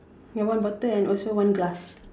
ya one bottle and also one glass